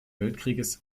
weltkrieges